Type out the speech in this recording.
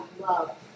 love